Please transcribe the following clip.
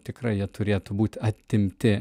tikrai jie turėtų būti atimti